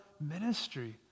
ministry